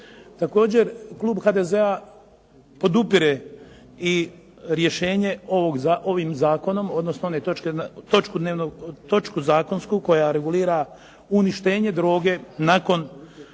Također, klub HDZ-a podupire i rješenje ovim zakonom, odnosno onu točku zakonsku koja regulira uništenje droge nakon